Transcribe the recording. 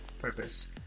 purpose